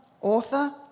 Author